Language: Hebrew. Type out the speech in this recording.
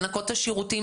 לנקות את השירותים,